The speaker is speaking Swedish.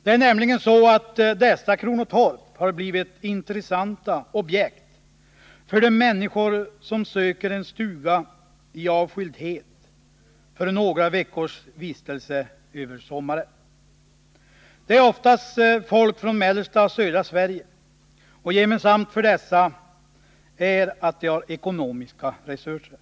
Kronotorpen har nämligen blivit intressanta objekt för de människor som söker en stuga i avskildhet för några veckors sommarvistelse. Det är oftast folk från mellersta och södra Sverige, och gemensamt för dem är att de har goda ekonomiska resurser.